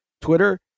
Twitter